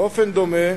באופן דומה,